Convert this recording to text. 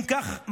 אם כך,